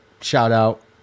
shout-out